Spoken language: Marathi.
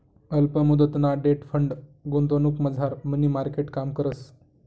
अल्प मुदतना डेट फंड गुंतवणुकमझार मनी मार्केट काम करस